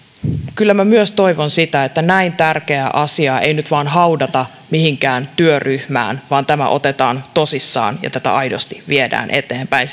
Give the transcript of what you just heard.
kyllä minä myös toivon sitä että näin tärkeää asiaa ei nyt vain haudata mihinkään työryhmään vaan tämä otetaan tosissaan ja tätä aidosti viedään eteenpäin